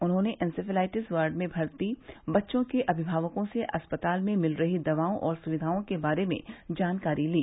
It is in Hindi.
उन्होंने इंसेफलाइटिस वार्ड में भर्ती बच्चों के अभिभावकों से अस्पताल में मिल रही दवाओं और सुविधाओं के बारे में जानकारी ली